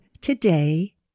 today